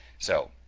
so,